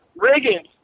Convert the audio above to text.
Riggins